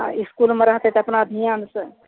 आ इसकुलमे रहतै तऽ अपना ध्यान से